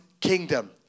kingdom